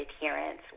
adherence